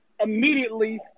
immediately